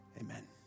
Amen